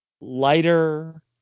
lighter